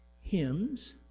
hymns